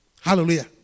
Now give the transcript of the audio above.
Hallelujah